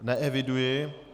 Neeviduji.